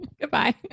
Goodbye